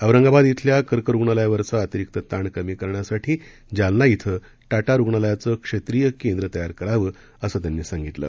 औरंगाबाद धिल्या कर्क रुग्णालयावरचा अतिरीक्त ताण कमी करण्यासाठी जालना धिं टाटा रुग्णालयाचं क्षेत्रीय केंद्र तयार करावं असं त्यांनी सांगितलं